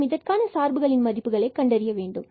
மற்றும் இதற்கான சார்புகளின் மதிப்புகளை கண்டறியவேண்டும்